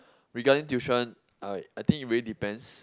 regarding tuition I I think it really depends